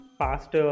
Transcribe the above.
past